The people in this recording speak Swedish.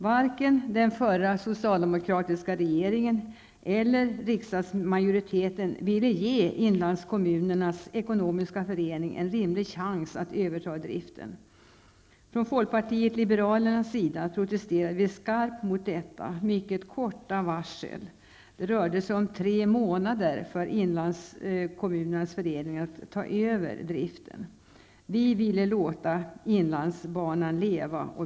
Varken den förra socialdemokratiska regeringen eller riksdagsmajoriteten ville ge Inlandskommunernas Ekonomiska Förening en rimlig chans att överta driften. Från folkpartiet liberalernas sida protesterade vi skarpt mot detta mycket korta varsel -- det rörde sig om tre månader innan Inlandskommunernas Ekonomiska Förening skulle få ta över driften. Vi ville låta inlandsbanan leva.